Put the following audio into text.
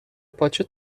پاچه